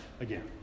again